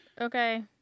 Okay